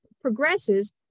progresses